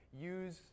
use